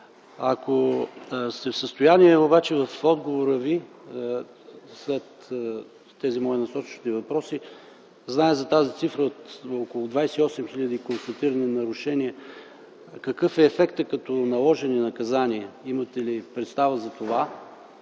Ако сте в състояние обаче, да отговорите след тези мои насочващи въпроси на следното. Знаем за тази цифра на около 28 хиляди констатирани нарушения, какъв е ефектът като наложени наказания, имате ли представа за това?